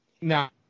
Now